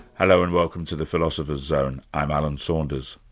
hello and welcome to the philosopher's zone. i'm alan saunders.